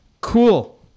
cool